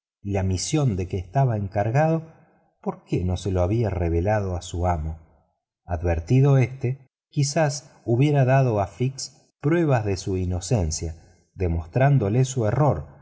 la misión de que estaba encargado por qué no se lo había revelado a su amo advertido éste quizá hubiera dado a fix pruebas de su inocencia demostrándole su error